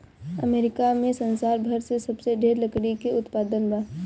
America में संसार भर में सबसे ढेर लकड़ी के उत्पादन बा